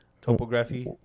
topography